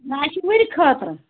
نہَ اَسہِ چھُ ؤرِ خٲطرٕ